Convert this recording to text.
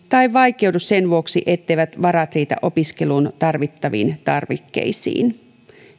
tai vaikeudu sen vuoksi etteivät varat riitä opiskeluun tarvittaviin tarvikkeisiin